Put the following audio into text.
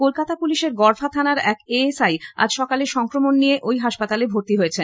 কলকাতা পুলিশের গড়ফা থানার এক এএসআই আজ সকালে সংক্রমণ নিয়ে ঐ হাসপাতালে ভর্তি হয়েছেন